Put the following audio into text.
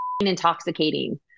intoxicating